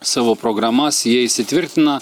savo programas jie įsitvirtina